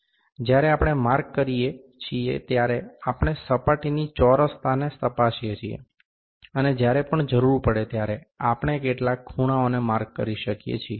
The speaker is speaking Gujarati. જ્યારે આપણે માર્ક કરીએ છીએ ત્યારે આપણે સપાટીની ચોરસતાને તપાસીએ છીએ અને જ્યારે પણ જરૂર પડે ત્યારે આપણે કેટલાંક ખૂણાઓને માર્ક કરી શકીએ છીએ